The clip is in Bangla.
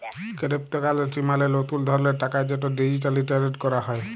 কেরেপ্তকারেলসি মালে লতুল ধরলের টাকা যেট ডিজিটালি টেরেড ক্যরা হ্যয়